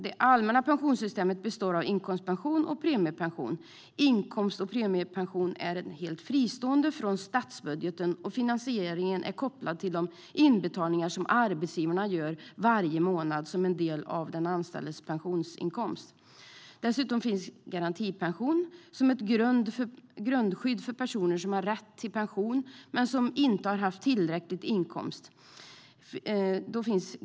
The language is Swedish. Det allmänna pensionssystemet består av inkomstpension och premiepension. Inkomst och premiepension är helt fristående från statsbudgeten, och finansieringen är kopplad till de inbetalningar arbetsgivarna gör varje månad som en del av den anställdes pensionsinkomst. Dessutom finns garantipensionen, som är ett grundskydd för personer som har rätt till pension men inte har haft tillräcklig inkomst.